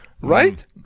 Right